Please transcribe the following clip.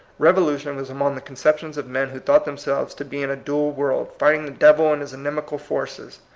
rev olution was among the conceptions of men who thought themselves to be in a dual world, fighting devil and his inimical forces.